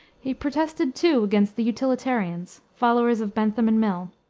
he protested, too, against the utilitarians, followers of bentham and mill,